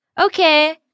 Okay